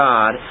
God